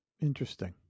Interesting